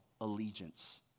allegiance